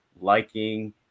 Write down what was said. liking